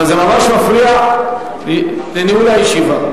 אבל זה ממש מפריע לניהול הישיבה.